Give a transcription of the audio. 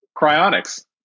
Cryonics